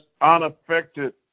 unaffected